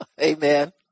Amen